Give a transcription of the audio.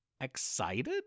Excited